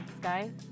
guys